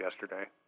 yesterday